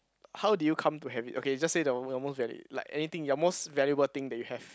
how did you come to have it okay just say the the most valid like anything you're most valuable thing that you have